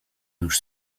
już